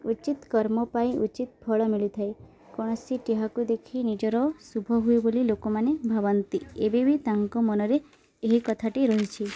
ଉଚିତ୍ କର୍ମ ପାଇଁ ଉଚିତ୍ ଫଳ ମିଳିଥାଏ କୌଣସି ଟିହାକୁ ଦେଖି ନିଜର ଶୁଭ ହୁଏ ବୋଲି ଲୋକମାନେ ଭାବନ୍ତି ଏବେ ବି ତାଙ୍କ ମନରେ ଏହି କଥାଟି ରହିଛି